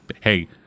hey